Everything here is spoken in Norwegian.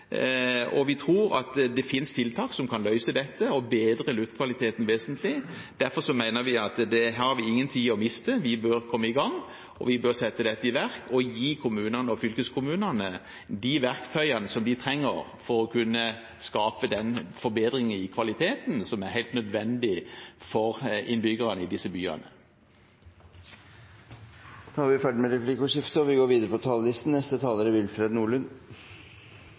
Vi tror at det fins tiltak som kan løse dette og bedre luftkvaliteten vesentlig. Derfor mener vi at vi har ingen tid å miste. Vi bør komme i gang og sette dette i verk og gi kommunene og fylkeskommunene det verktøyet som de trenger for å kunne skape den forbedringen i kvaliteten som er helt nødvendig for innbyggerne i disse byene. Replikkordskiftet er omme. Senterpartiets samferdselspolitikk bygger på en mer helhetlig forståelse av landets samferdselsutfordringer enn det vi